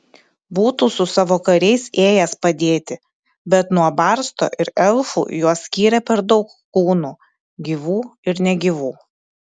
būtų su savo kariais ėjęs padėti bet nuo barsto ir elfų juos skyrė per daug kūnų gyvų ir negyvų